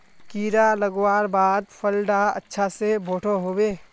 कीड़ा लगवार बाद फल डा अच्छा से बोठो होबे?